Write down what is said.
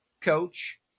coach